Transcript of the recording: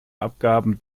abgaben